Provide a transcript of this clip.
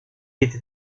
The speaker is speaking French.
était